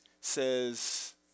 says